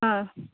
हा